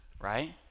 right